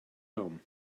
home